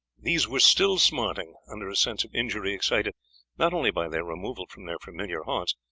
these were still smarting under a sense of injury excited not only by their removal from their familiar haunts,